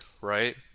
Right